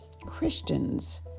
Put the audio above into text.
Christians